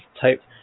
type